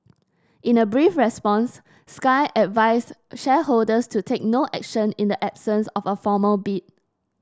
in a brief response Sky advised shareholders to take no action in the absence of a formal bid